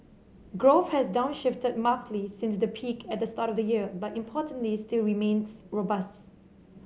growth has downshifted markedly since the peak at the start of the year but importantly still remains robust